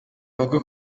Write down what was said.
bavuga